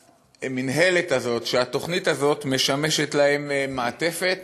שהמינהלת הזאת, התוכנית הזאת, משמשת להם מעטפת.